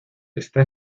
está